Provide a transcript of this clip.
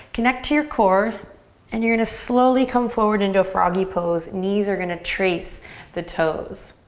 connect to your core and you're gonna slowly come forward into a froggy pose. knees are gonna trace the toes.